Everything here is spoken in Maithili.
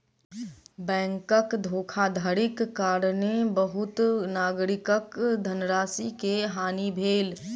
बैंकक धोखाधड़ीक कारणेँ बहुत नागरिकक धनराशि के हानि भेल